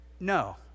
no